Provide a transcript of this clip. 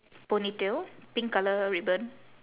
ponytail pink colour ribbon